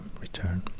return